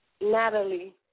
Natalie